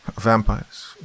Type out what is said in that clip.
Vampires